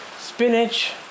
spinach